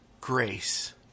grace